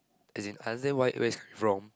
as in I understand why where he's coming from